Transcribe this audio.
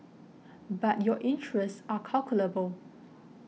but your interests are calculable